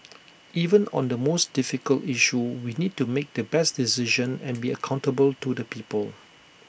even on the most difficult issue we need to make the best decision and be accountable to the people